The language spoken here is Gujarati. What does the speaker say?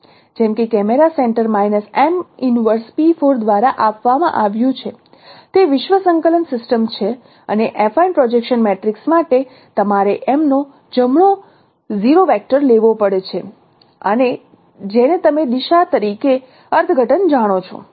જેમ કે કેમેરા સેન્ટર દ્વારા આપવામાં આવ્યું છે તે વિશ્વ સંકલન સિસ્ટમ છે અને એફાઇન પ્રોજેક્શન મેટ્રિક્સ માટે તમારે એમનો જમણો 0 વેક્ટર લેવો પડે છે અને જેને તમે દિશા તરીકે અર્થઘટન જાણો છો